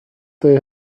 they